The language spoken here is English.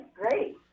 great